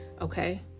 Okay